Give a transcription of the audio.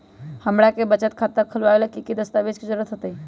हमरा के बचत खाता खोलबाबे ला की की दस्तावेज के जरूरत होतई?